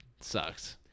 sucks